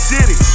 City